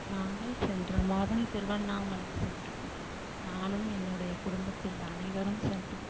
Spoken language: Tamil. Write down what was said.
நாங்கள் சென்ற மாதம் திருவண்ணாமலை சென்றோம் நானும் என்னுடைய குடும்பத்தில் அனைவரும் சென்றோம்